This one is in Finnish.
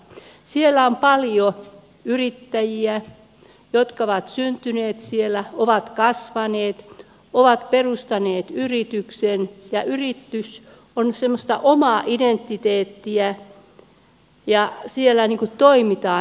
siellä on paljon yrittäjiä jotka ovat syntyneet siellä ovat kasvaneet ovat perustaneet yrityksen ja yritys on semmoista omaa identiteettiä ja siellä niin kuin toimitaan yhdessä